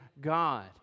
God